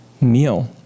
meal